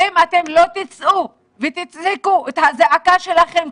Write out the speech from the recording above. אם אתם לא תצאו ותצעקו את הזעקה שלכם,